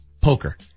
poker